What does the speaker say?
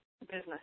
business